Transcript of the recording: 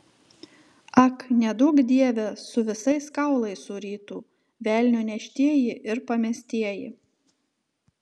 ak neduok dieve su visais kaulais surytų velnio neštieji ir pamestieji